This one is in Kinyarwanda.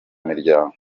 miryango